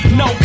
no